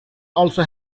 also